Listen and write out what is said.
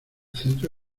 centro